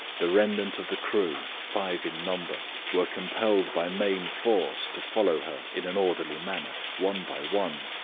the remnant of the crew five in number were compelled by main force to follow her in an orderly manner, one by one,